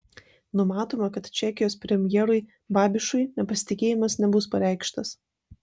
numatoma kad čekijos premjerui babišui nepasitikėjimas nebus pareikštas